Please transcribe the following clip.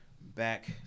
Back